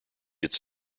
its